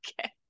okay